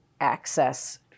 access